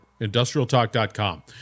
industrialtalk.com